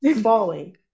falling